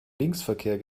linksverkehr